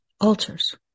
altars